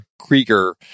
Krieger